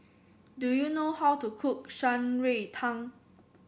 do you know how to cook Shan Rui Tang